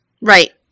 Right